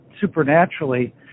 supernaturally